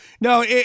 no